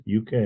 UK